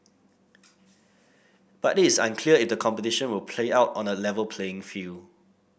but it is unclear if the competition will play out on A Level playing field